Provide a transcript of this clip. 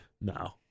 No